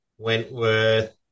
Wentworth